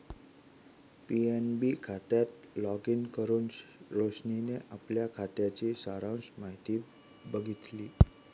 PNB खात्यात login करुन रोशनीने आपल्या खात्याची सारांश माहिती बघितली